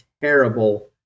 terrible